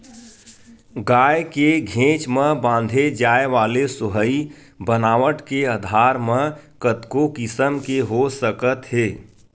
गाय के घेंच म बांधे जाय वाले सोहई बनावट के आधार म कतको किसम के हो सकत हे